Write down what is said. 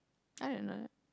I don't know